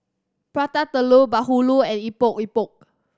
Prata Telur bahulu and Epok Epok